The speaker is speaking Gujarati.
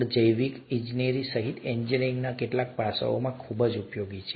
તેઓ જૈવિક ઇજનેરી સહિત એન્જિનિયરિંગના કેટલાક પાસાઓમાં ખૂબ જ ઉપયોગી છે